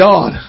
God